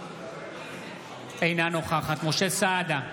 אינה נוכחת משה סעדה,